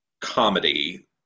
comedy